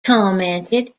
commented